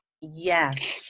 yes